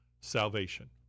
salvation